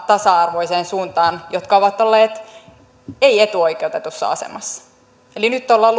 tasa arvoiseen suuntaan niiden osalta jotka ovat olleet ei etuoikeutetussa asemassa eli nyt ollaan